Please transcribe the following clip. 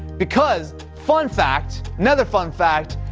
because, fun fact, another fun fact,